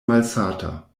malsata